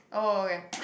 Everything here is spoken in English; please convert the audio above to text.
oh okay